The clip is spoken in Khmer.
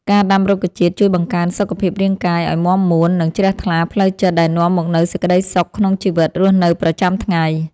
ការដាំរុក្ខជាតិជួយបង្កើនសុខភាពរាងកាយឱ្យមាំមួន និង ជ្រះថ្លាផ្លូវចិត្តដែលនាំមកនូវសេចក្តីសុខក្នុងជីវិតរស់នៅប្រចាំថ្ងៃ។